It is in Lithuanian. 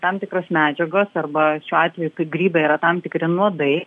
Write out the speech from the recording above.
tam tikros medžiagos arba šiuo atveju grybai yra tam tikri nuodai